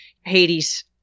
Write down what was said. Hades